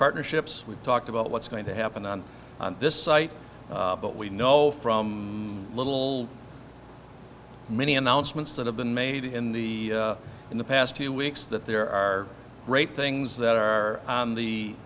partnerships we've talked about what's going to happen on this site but we know from little many announcements that have been made in the in the past few weeks that there are great things that are on the